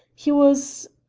he was